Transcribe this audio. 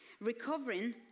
Recovering